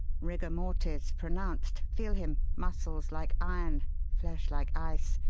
rigor mortis pronounced. feel him muscles like iron, flesh like ice!